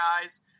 guys